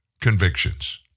convictions